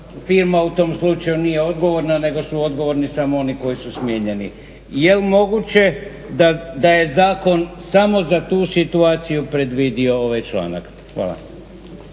firma u tom slučaju nije odgovorna, nego su odgovorni samo oni koji su smijenjeni. Jel' moguće da je zakon samo za tu situaciju predvidio ovaj čanak? Hvala.